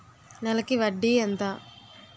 నెలకి వడ్డీ ఎంత?